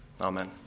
Amen